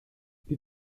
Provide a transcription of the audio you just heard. die